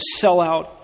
sellout